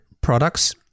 products